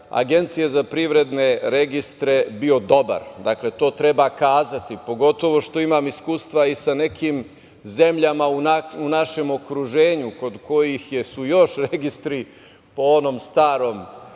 Agencije za privredne registre bio dobar. Dakle, to treba kazati, pogotovo što imam iskustva i sa nekim zemljama u našem okruženju kod kojih su još registri po onom starom